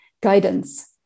guidance